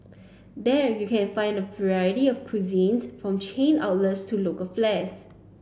there you can find a variety of cuisine from chain outlets to local flies